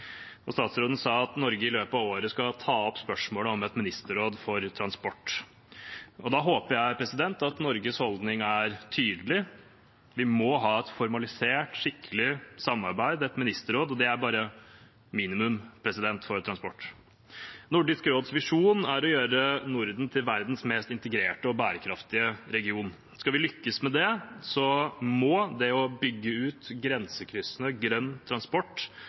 Statsråden sa at Norge i løpet av året skal ta opp spørsmålet om et ministerråd for transport. Da håper jeg at Norges holdning er tydelig. Vi må ha et formalisert, skikkelig samarbeid, et ministerråd, for transport, og det er bare minimum. Nordisk råds visjon er å gjøre Norden til verdens mest integrerte og bærekraftige region. Skal vi lykkes med det, må det å bygge ut grensekryssende grønn transport